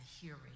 hearing